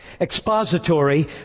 expository